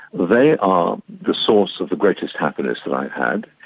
they are the source of the greatest happiness that i've had,